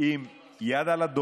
ננהל את